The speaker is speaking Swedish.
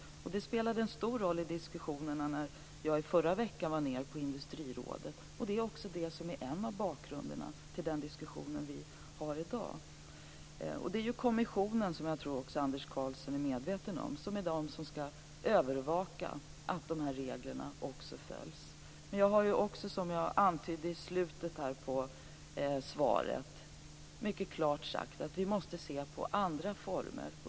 Det spelade en stor roll i diskussionerna förra veckan när jag var på Industrirådet. Det här är också en del av bakgrunden till den diskussion som vi i dag har. Det är kommissionen, vilket jag tror att Anders Karlsson är medveten om, som skall övervaka att de här reglerna följs. Med det som jag antydde i slutet av mitt svar har jag mycket klart sagt att vi måste se på andra former.